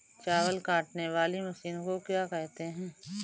चावल काटने वाली मशीन को क्या कहते हैं?